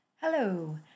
Hello